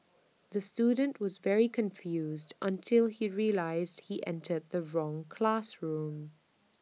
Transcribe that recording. the student was very confused until he realised he entered the wrong classroom